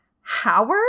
Howard